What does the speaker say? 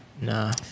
nah